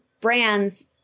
brands